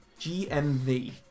GMV